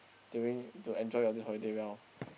during to enjoy your this holiday well